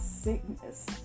sickness